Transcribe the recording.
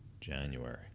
January